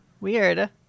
Weird